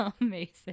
Amazing